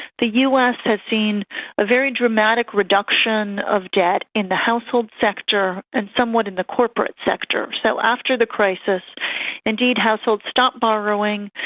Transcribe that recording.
the us has seen a very dramatic reduction of debt in the household sector and somewhat in the corporate sector. so after the crisis indeed households stopped borrowing.